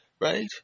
Right